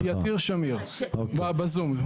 יתיר שמיר, בשום.